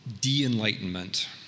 de-enlightenment